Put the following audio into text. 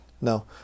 no